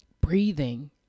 breathing